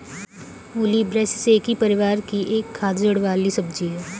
मूली ब्रैसिसेकी परिवार की एक खाद्य जड़ वाली सब्जी है